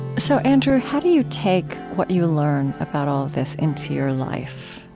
so andrew, how do you take what you learn about all this into your life,